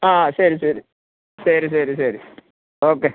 ആ ശരി ശരി ശരി ശരി ശരി ഓക്കെ